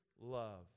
love